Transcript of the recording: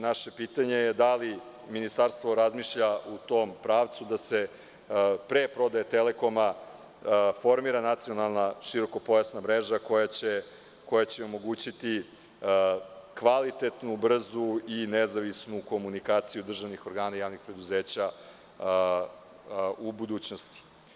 Naše pitanje je da li ministarstvo razmišlja u tom pravcu da se pre prodaje „Telekoma“ formira nacionalna širokopojasna mreža, koja će omogućiti kvalitetnu, brzu i nezavisnu komunikaciju državnih organa i javnih preduzeća u budućnosti?